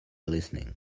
listening